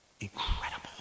Incredible